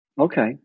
Okay